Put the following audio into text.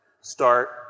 start